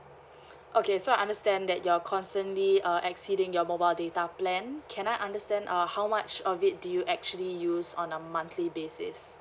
okay so I understand that you're constantly uh exceeding your mobile data plan can I understand uh how much of it do you actually use on a monthly basis